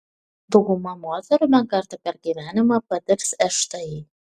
dauguma moterų bent kartą per gyvenimą patirs šti